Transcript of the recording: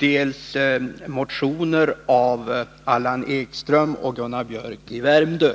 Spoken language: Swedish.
dels en motion av Allan Ekström och Gunnar Biörck i Värmdö.